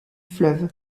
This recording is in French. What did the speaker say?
fleuve